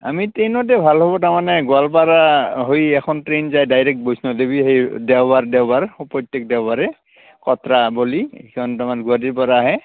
আমি ট্ৰেইনতে ভাল হ'ব তাৰমানে গোৱালপাৰা হৈ এখন ট্ৰেইন যায় ডাইৰেক্ট বৈষ্ণৱদেৱী সেই দেওবাৰ দেওবাৰ স প্ৰত্যেক দেওবাৰে কটৰাবলি সেইখন তাৰমানে গুৱাহাটীৰ পৰা আহে